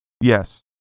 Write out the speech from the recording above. Yes